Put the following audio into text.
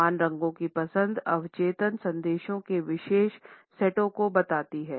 समान रंगों की पसंद अवचेतन संदेशों के विशेष सेटों को बताती है